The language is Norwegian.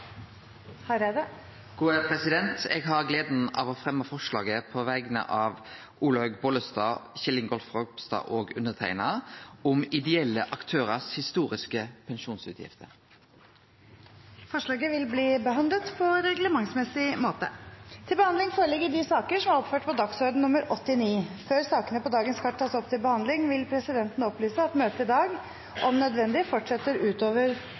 Hareide vil fremsette et representantforslag. Eg har gleda av å fremje eit forslag på vegner av Olaug V. Bollestad, Kjell Ingolf Ropstad og meg sjølv om dei ideelle aktørane sine historiske pensjonsutgifter. Forslaget vil bli behandlet på reglementsmessig måte. Før sakene på dagens kart tas opp til behandling, vil presidenten opplyse om at møtet i dag om nødvendig fortsetter utover